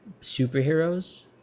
superheroes